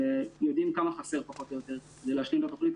התוכנית ויודעים כמה חסר פחות או יותר כדי להשלים את התוכנית,